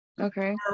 Okay